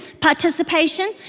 participation